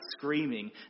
screaming